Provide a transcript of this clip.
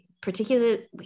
particularly